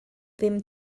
ddim